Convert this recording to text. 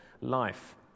life